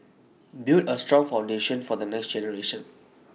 build A strong foundation for the next generation